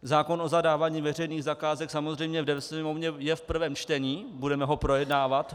Zákon o zadávání veřejných zakázek samozřejmě je ve Sněmovně v prvém čtení, budeme ho projednávat.